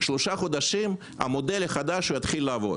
שלושה חודשים המודל החדש יתחיל לעבוד.